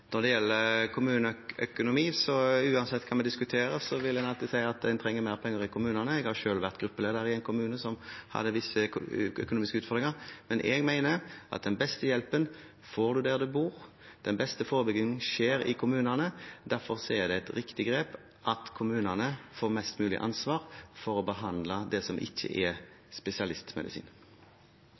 Når det gjelder kommuneøkonomi, vil en – uansett hva en diskuterer – alltid si at en trenger mer penger i kommunene. Jeg har selv vært gruppeleder i en kommune som hadde visse økonomiske utfordringer. Men jeg mener at den beste hjelpen får man der man bor, og at den beste forebyggingen skjer i kommunene. Derfor er det et riktig grep at kommunene får mest mulig ansvar for å behandle det som ikke er spesialistmedisin.